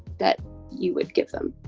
that you would give them?